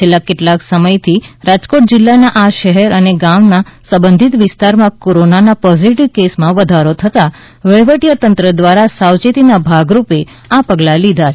છેલ્લા કેટલાક સમયથી રાજકોટ જિલ્લાના આ શહેર અને ગામના સબંઘિત વિસ્તારમાં કોરોનાના પોઝીટીવ કેસમાં વધારો થતાં વહીવટી તંત્ર દ્વારા સાવચેતીના ભાગ રૂપે આ પગલાં લીધા છે